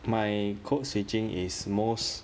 my code switching is most